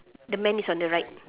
the man is on the right